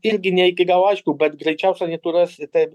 irgi ne iki galo aišku bet greičiausia jinai turės taip